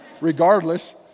regardless